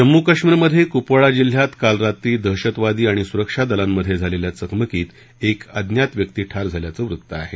जम्मू कश्मीरमधे कुपवाडा जिल्ह्यात काल रात्री दहशतवादी आणि सुरक्षा दलांमधे झालेल्या चकमकीत एक अज्ञात व्यक्ती ठार झाल्याचं वृत्त आहे